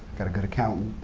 got a good accountant.